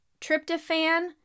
tryptophan